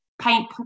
paint